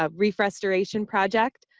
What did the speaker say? ah reef restoration project.